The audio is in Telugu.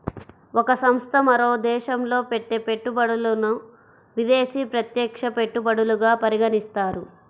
ఒక సంస్థ మరో దేశంలో పెట్టే పెట్టుబడులను విదేశీ ప్రత్యక్ష పెట్టుబడులుగా పరిగణిస్తారు